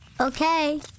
Okay